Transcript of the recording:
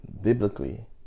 biblically